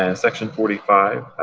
and section forty five,